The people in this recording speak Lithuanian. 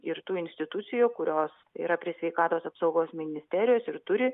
ir tų institucijų kurios yra prie sveikatos apsaugos ministerijos ir turi